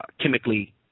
chemically